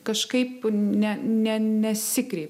kažkaip ne ne nesikreipė į